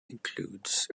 includes